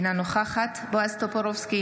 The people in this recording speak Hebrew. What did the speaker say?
אינה נוכחת בועז טופורובסקי,